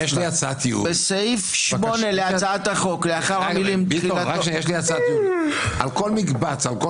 הצבעה מס' 3 בעד ההסתייגות 6 נגד, 9